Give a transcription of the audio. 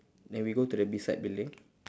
then we go to the beside building